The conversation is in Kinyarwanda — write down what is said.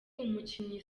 umukinnyi